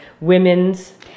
women's